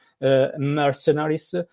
mercenaries